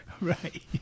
Right